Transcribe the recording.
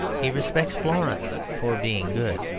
he respects florence for being good,